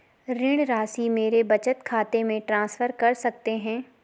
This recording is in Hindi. ऋण राशि मेरे बचत खाते में ट्रांसफर कर सकते हैं?